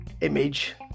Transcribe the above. image